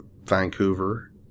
Vancouver